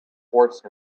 horse